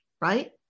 right